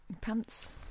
Pants